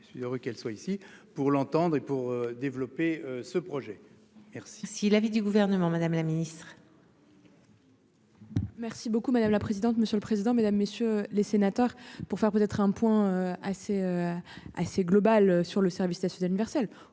Je suis heureux qu'elle soit ici pour l'entendre et pour développer ce projet. R si si l'avis du gouvernement. Madame la Ministre. Merci beaucoup madame la présidente, monsieur le président, Mesdames, messieurs les sénateurs pour faire peut être un point assez. Assez globale sur le service national universel